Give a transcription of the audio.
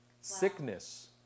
sickness